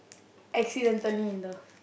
Accidentally in Love